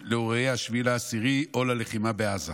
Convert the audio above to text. לאירועי 7 באוקטובר או ללחימה בעזה.